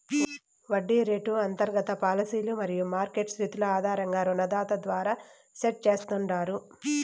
వడ్డీ రేటు అంతర్గత పాలసీలు మరియు మార్కెట్ స్థితుల ఆధారంగా రుణదాత ద్వారా సెట్ చేస్తాండారు